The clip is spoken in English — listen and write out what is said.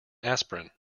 aspirin